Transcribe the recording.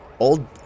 Old